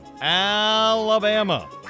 Alabama